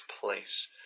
place